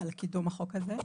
על קידום החוק הזה.